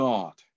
God